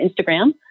Instagram